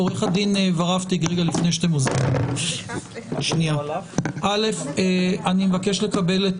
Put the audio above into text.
עורכת הדין ורהפטיג, אני מבקש לקבל את